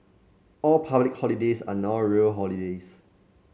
all public holidays are now real holidays